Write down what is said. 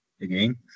again